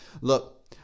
Look